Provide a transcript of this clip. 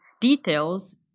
details